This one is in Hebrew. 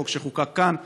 לחוק שחוקק כאן,